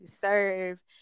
serve